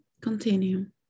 Continue